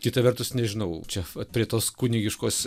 kita vertus nežinau čia vat prie tos kunigiškos